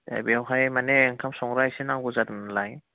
ए बेयावहाय माने ओंखाम संग्रा एसे नांगौ जादों नालाय